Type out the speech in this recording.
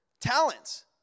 talents